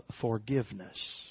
forgiveness